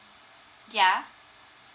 yeah